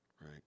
Right